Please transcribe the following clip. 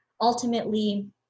Ultimately